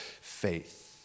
faith